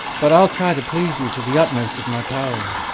but i'll try to please you to the utmost of my power.